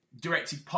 directed